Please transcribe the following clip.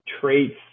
traits